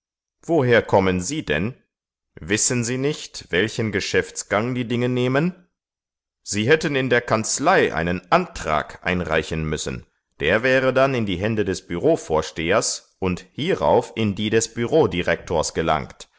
woher kommen sie denn wissen sie nicht welchen geschäftsgang die dinge nehmen sie hätten in der kanzlei einen antrag einreichen müssen der wäre dann in die hände des bürovorstehers und hierauf in die des bürodirektors gelangt